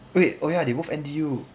oh wait oh ya they both N_T_U